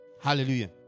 Hallelujah